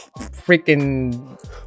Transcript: freaking